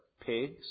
pigs